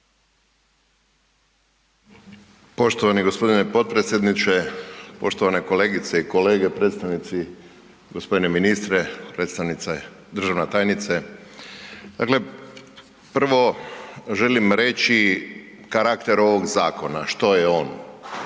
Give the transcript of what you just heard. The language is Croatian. Poštovani g. potpredsjedniče, poštovane kolegice i kolege, predstavnici, g. ministre, predstavnice, državna tajnice. Dakle, prvo želim reći karakter ovog zakona, što je on.